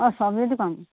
অঁ চব্জি দোকান